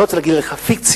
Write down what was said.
אני לא רוצה להגיד לך פיקציה,